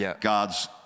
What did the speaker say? God's